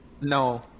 No